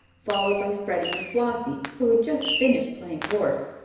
followed by freddie and flossie, who had just finished playing horse.